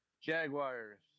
Jaguars